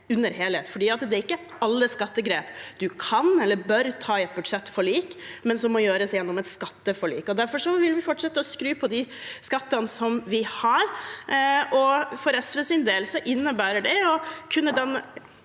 Det er ikke alle skattegrep man kan eller bør ta i et budsjettforlik – det må gjøres gjennom et skatteforlik. Derfor vil vi fortsette å skru på de skattene som vi har, og for SVs del innebærer det å kunne danne